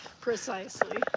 Precisely